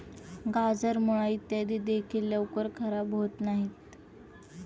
गाजर, मुळा इत्यादी देखील लवकर खराब होत नाहीत